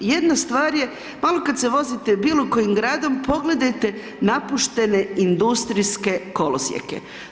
Jedna stvar je, malo kada se vozite bilo kojim gradom pogledajte napuštene industrijske kolosijeke.